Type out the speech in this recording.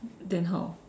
then how